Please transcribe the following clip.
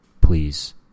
please